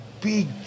big